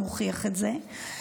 מוכיח את זה.